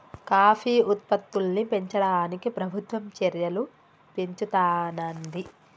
coffee ఉత్పత్తుల్ని పెంచడానికి ప్రభుత్వం చెర్యలు పెంచుతానంది